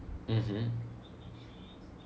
mmhmm